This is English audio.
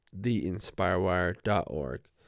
theinspirewire.org